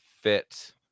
fit